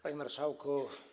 Panie Marszałku!